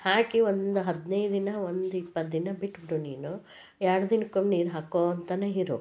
ಹಾಕಿ ಒಂದು ಹದಿನೈದು ದಿನ ಒಂದು ಇಪ್ಪತ್ತು ದಿನ ಬಿಟ್ಟುಬಿಡು ನೀನು ಎರಡು ದಿನಕ್ಕೊಮ್ಮೆ ನೀರು ಹಾಕ್ಕೊತಾನೆ ಇರು